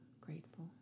grateful